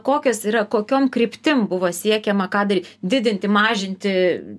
kokios yra kokiom kryptim buvo siekiama ką daryt didinti mažinti